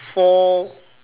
four